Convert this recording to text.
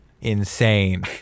insane